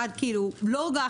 לא רק